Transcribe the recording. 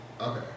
Okay